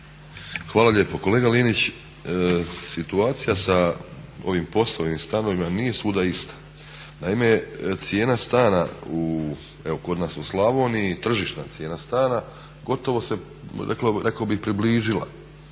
Hvala lijepo. Kolega Linić, situacija sa ovim POS-ovim stanovima nije svuda ista. Naime, cijena stana kod nas u Slavoniji, tržišna cijena stana gotovo se rekao